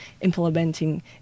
implementing